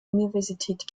universität